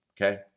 okay